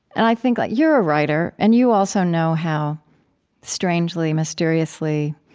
and i think you're a writer, and you also know how strangely, mysteriously,